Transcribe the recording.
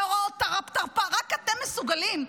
מאורעות תרפ"ט, רק אתם מסוגלים.